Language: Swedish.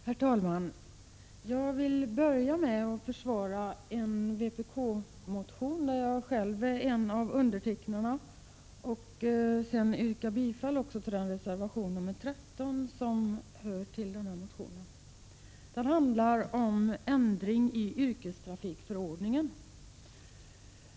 Herr talman! Jag vill börja med att försvara en vpk-motion. Jag tillhör själv dem som har undertecknat motionen. Jag vill vidare yrka bifall till reservation nr 13, där denna motion följs upp. I motionen krävs en ändring i yrkestrafikförordningen.